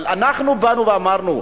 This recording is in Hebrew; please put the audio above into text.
אנחנו באנו ואמרנו.